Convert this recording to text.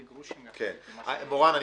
זה גרושים --- מורן, ברוכה הבאה.